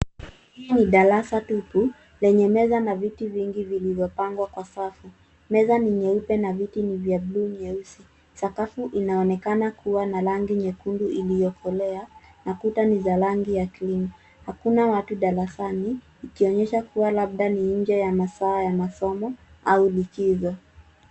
Hii ni darasa tupu lenye meza na viti vingi vilivyopangwa kwa safu, meza ni nyeupe na viti ni vya buluu nyeusi. Sakafu inaonekana kuwa na rangi nyekundu iliyokolea na kuta ni za rangi ya krimu. Hakuna watu darasani, ikionyesha kuwa labda ni nje ya masaa ya masomo au likizo.